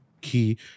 key